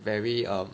very um